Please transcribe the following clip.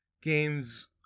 games